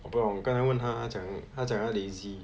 我不懂刚才问她讲她讲她 lazy